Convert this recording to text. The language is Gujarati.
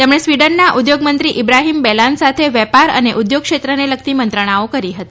તેમણે સ્વીડનના ઉદ્યોગમંત્રી ઇબ્રાહીમ બેલાન સાથે વેપાર અને ઉદ્યોગક્ષેત્રને લગતી મંત્રણાઓ કરી હતી